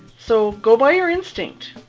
so go by your instinct.